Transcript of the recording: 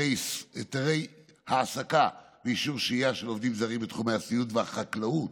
היתרי העסקה ואישורי שהייה של עובדים זרים בתחומי הסיעוד והחקלאות,